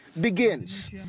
begins